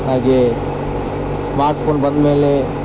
ಹಾಗೇ ಸ್ಮಾರ್ಟ್ಫೋನ್ ಬಂದ್ಮೇಲೆ